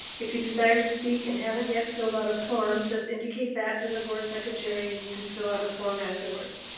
if you desire to speak and haven't yet filled out a form, just indicate that to the board secretary and you can fill out a form afterwards.